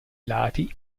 lati